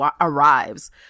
arrives